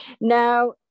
Now